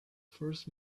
first